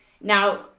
Now